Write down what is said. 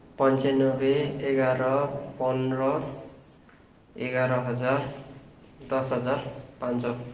पन्चानब्बे एघार पन्ध्र एघार हजार दस हजार पाँच सौ